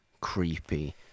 creepy